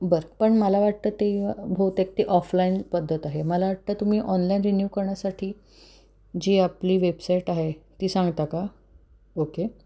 बरं पण मला वाटतं ते बहुतेक ते ऑफलाईन पद्धत आहे मला वाटतं तुम्ही ऑनलाईन रिन्यू करण्यासाठी जी आपली वेबसाईट आहे ती सांगता का ओके